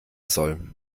soll